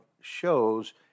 shows